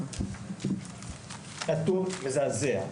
נתון מזעזע.